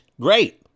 great